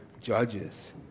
judges